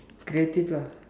creative lah